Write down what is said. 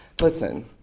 Listen